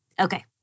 Okay